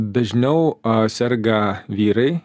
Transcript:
dažniau serga vyrai